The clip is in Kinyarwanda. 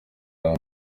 iya